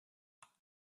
der